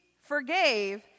forgave